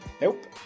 Nope